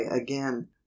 again